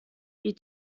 die